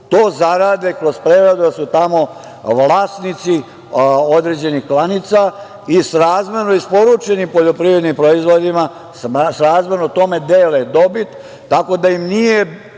to zarade kroz preradu, jer su tamo vlasnici određenih klanica i srazmerno isporučenim poljoprivrednim proizvodima, srazmerno tome dele dobit, tako da im nije